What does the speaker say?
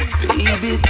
baby